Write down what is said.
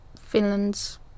Finland's